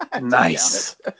Nice